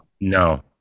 No